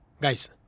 Guys